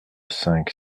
cinq